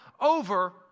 over